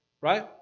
right